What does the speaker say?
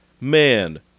Man